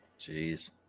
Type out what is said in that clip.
Jeez